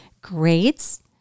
grades